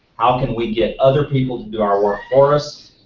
how can we get other people to do our work for us,